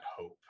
hope